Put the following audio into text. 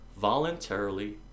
voluntarily